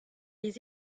les